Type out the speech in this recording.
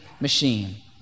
machine